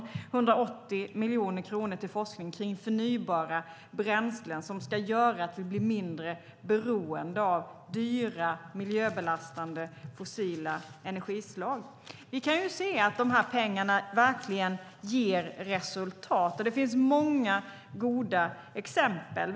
180 miljoner kronor gick till forskning kring förnybara bränslen, som ska göra att vi blir mindre beroende av dyra och miljöbelastande fossila energislag. Vi kan se att de här pengarna verkligen ger resultat. Det finns många goda exempel.